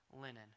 linen